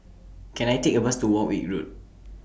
Can I Take A Bus to Warwick Road